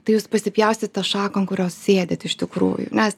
tai jūs pasipjausit tą šaką ant kurios sėdit iš tikrųjų nes